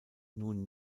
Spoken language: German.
nun